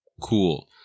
cool